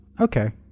Okay